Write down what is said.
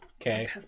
okay